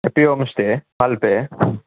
happy homestay Malpe